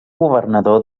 governador